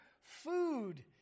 food